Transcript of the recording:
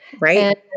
right